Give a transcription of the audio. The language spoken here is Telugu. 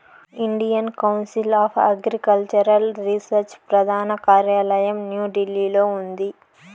Indian council of agricultural research ప్రధాన కార్యాలయం న్యూఢిల్లీలో ఉంది